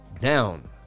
down